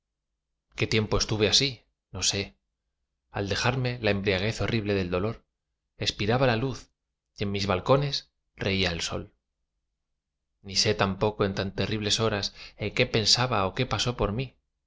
qué tiempo estuve así no sé al dejarme la embriaguez horrible del dolor expiraba la luz y en mis balcones reía el sol ni sé tampoco en tan terribles horas en qué pensaba ó qué pasó por mí